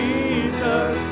Jesus